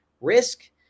risk